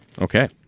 Okay